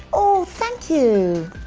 oh thank you.